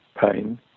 pain